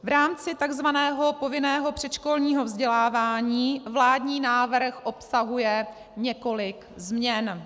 V rámci tzv. povinného předškolního vzdělávání vládní návrh obsahuje několik změn.